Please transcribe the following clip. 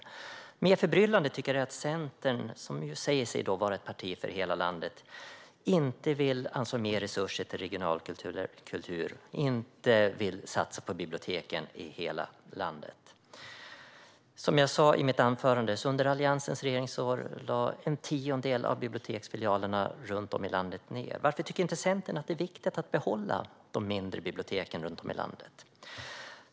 Mer förbryllande tycker jag att det är att Centern, som säger sig vara ett parti för hela landet, inte vill anslå mer resurser till regionalkultur eller satsa på biblioteken i hela landet. Som jag sa i mitt anförande lades en tiondel av biblioteksfilialerna runt om i landet ned under Alliansens regeringsår. Varför tycker inte Centern att det är viktigt att behålla de mindre biblioteken i landet?